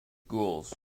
gules